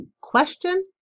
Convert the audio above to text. question